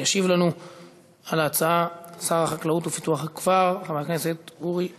ישיב לנו על ההצעות שר החקלאות ופיתוח הכפר חבר הכנסת אורי אריאל.